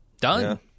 Done